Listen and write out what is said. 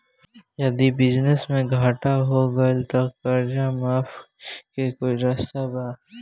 यदि बिजनेस मे घाटा हो गएल त कर्जा माफी के कोई रास्ता बा?